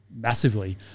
massively